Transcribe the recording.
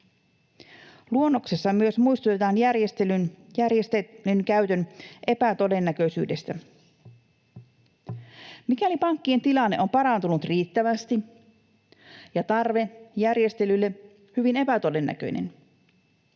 Luonnoksessa myös muistutetaan järjestelyn käytön epätodennäköisyydestä. Mikäli pankkien tilanne on parantunut riittävästi ja tarve järjestelylle on hyvin epätodennäköinen,